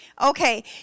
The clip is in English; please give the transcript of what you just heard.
Okay